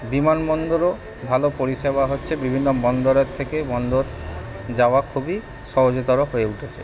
বিমানবন্দরও ভালো পরিষেবা হচ্ছে বিভিন্ন বন্দরের থেকে বন্দর যাওয়া খুবই সহজতর হয়ে উঠেছে